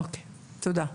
תודה.